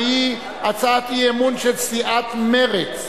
והיא על הצעת אי-אמון של סיעת מרצ בנושא: